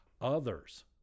others